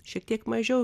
šiek tiek mažiau